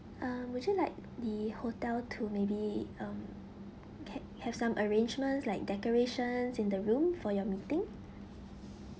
uh would you like the hotel to maybe um can have some arrangements like decorations in the room for your meeting